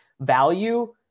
value